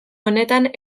honetan